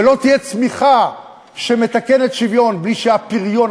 ולא תהיה צמיחה שמתקנת שוויון בלי שהפריון,